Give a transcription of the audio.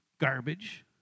garbage